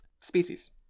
species